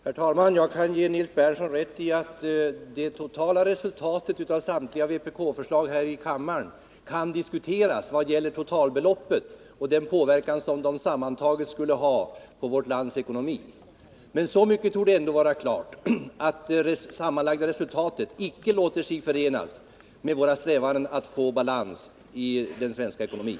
Herr talman! Jag kan ge Nils Berndtson rätt i att resultatet av samtliga vpk-förslag här i kammaren kan diskuteras vad gäller totalbeloppet och den påverkan som de sammantaget skulle ha på vårt lands ekonomi. Men så mycket torde ändå vara klart att det sammanlagda resultatet icke låter sig förenas med våra strävanden att få balans i den svenska ekonomin.